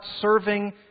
serving